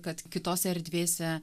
kad kitose erdvėse